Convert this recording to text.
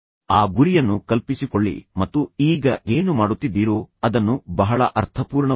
ಆ ಗುರಿಯನ್ನು ಕಲ್ಪಿಸಿಕೊಳ್ಳಿ ಮತ್ತು ನೀವು ಈಗ ಏನು ಮಾಡುತ್ತಿದ್ದೀರೋ ಅದನ್ನು ಬಹಳ ಅರ್ಥಪೂರ್ಣವಾಗಿಸಿ